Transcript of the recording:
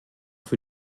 für